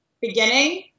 beginning